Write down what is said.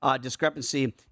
discrepancy